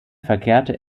verkehrte